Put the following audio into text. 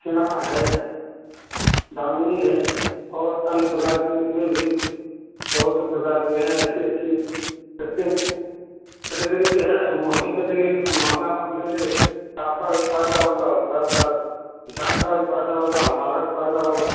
सुना है दामिनी है और अन्य प्रकार की इसमें भी बहुत से प्रकार के हैं अच्छी अच्छी परत्येक केटेगरी की हैं हम महँगे केटेगरी के हम महँगा आपको देंगे तो आपका भी फ़ायदा होगा और साथ साथ किसान का भी फ़ायदा होगा हमारा भी फ़ायदा होगा